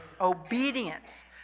obedience